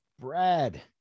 Brad